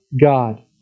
God